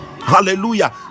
hallelujah